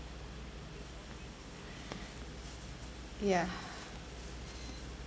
ya